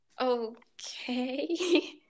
Okay